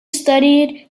studied